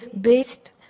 based